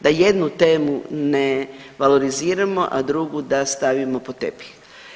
Da jednu temu ne valoriziramo, a drugu da stavimo pod tepih.